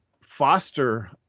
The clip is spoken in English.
foster